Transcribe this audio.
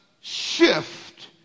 shift